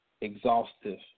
exhaustive